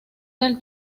del